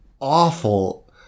awful